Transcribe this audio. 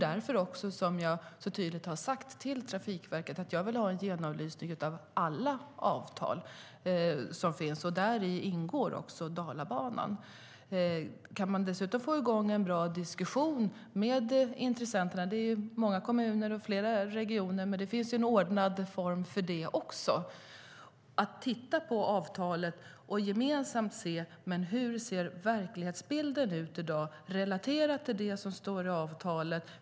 Därför har jag tydligt sagt till Trafikverket att jag vill ha en genomlysning av alla avtal som finns. Däri ingår också Dalabanan. Om man dessutom kan få i gång en bra diskussion med intressenterna - det är många kommuner och regioner - finns det en ordnad form för det. Man kan titta på avtalet och gemensamt se hur verklighetsbilden ser ut i dag relaterat till det som står i avtalet.